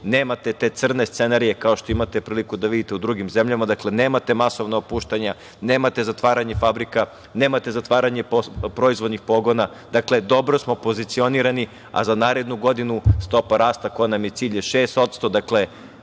nemate te crne scenarije kao što imate priliku da vidite u drugim zemljama. Dakle, nemate masovna otpuštanja, nemate zatvaranje fabrika, nemate zatvaranje proizvoljnih pogona. Dakle, dobro smo pozicionirani, a za narednu godinu stopa rasta, koja nam je cilj je 6%, dakle,